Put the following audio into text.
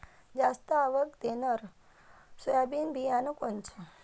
जास्त आवक देणनरं सोयाबीन बियानं कोनचं?